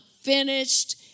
finished